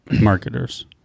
marketers